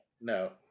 No